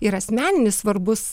ir asmeninis svarbus